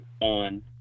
on